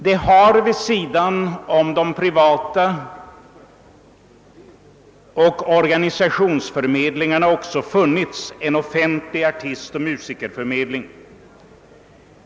Det har vid sidan om de privata förmedlingarna och organisationsförmedlingarna också funnits en offentlig artistoch musikerförmedling.